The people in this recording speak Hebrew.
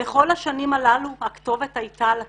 בכל השנים הללו הכתובת הייתה על הקיר,